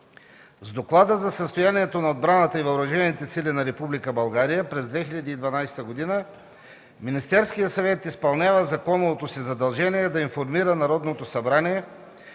С Доклада за състоянието на отбраната и въоръжените сили на Република България през 2012 г. Министерският съвет изпълнява законовото си задължение да информира Народното събрание